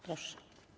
Proszę.